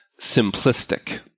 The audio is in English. simplistic